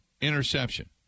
interception